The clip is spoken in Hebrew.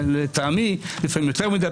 לטעמי לפעמים יותר מדי,